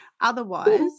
otherwise